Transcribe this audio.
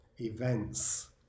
events